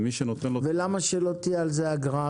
למה שלא תהיה על זה אגרה?